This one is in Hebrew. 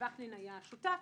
וקנין היה שותף,